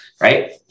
right